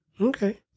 Okay